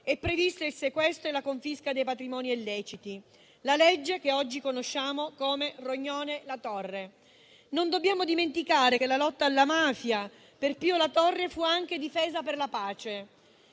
e previsti il sequestro e la confisca dei patrimoni illeciti, la legge che oggi conosciamo come Rognoni-La Torre. Non dobbiamo dimenticare che la lotta alla mafia per Pio La Torre fu anche difesa per la pace: